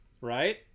Right